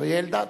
אריה אלדד.